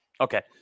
Okay